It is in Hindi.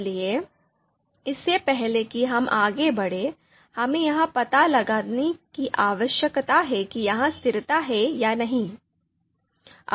इसलिए इससे पहले कि हम आगे बढ़ें हमें यह पता लगाने की आवश्यकता है कि यह स्थिरता है या नहीं